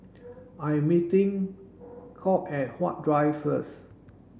I'm meeting Cade at Huat Drive first